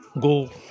go